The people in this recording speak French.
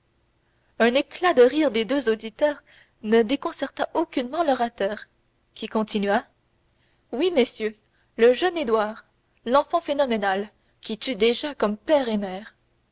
un éclat de rire des deux auditeurs ne déconcerta aucunement l'orateur qui continua oui messieurs le jeune édouard enfant phénoménal qui tue déjà comme père et mère